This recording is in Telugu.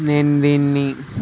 నేను దీన్ని